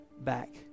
back